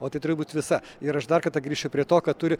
o tai turi būti visa ir aš dar kartą grįšiu prie to kad turi